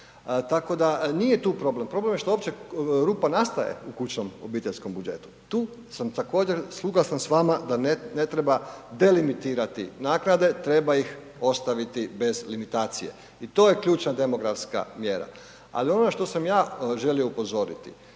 Tako da nije tu problem, problem je što uopće rupa nastaje u kućnom obiteljskom budžetu, tu sam također suglasan s vama da ne treba delimitirati naknade, treba ih ostaviti bez limitacije i to je ključna demografska mjera. Ali ono što sam ja želio upozoriti,